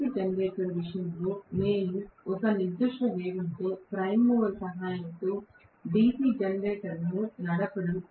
DC generator విషయంలో మేము ఒక నిర్దిష్ట వేగంతో ప్రైమ్ మూవర్ సహాయంతో DC జనరేటర్ను నడపడం